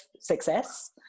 success